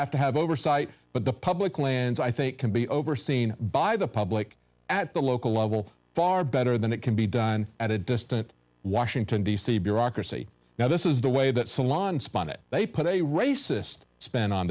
have to have oversight but the public lands i think can be overseen by the public at the local level far better than it can be done at a distant washington d c bureaucracy now this is the way that salon spun it they put a racist spent on